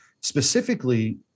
specifically